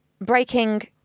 breaking